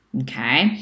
Okay